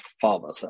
father